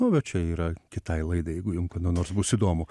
nu bet čia yra kitai laidai jeigu jum kada nors bus įdomu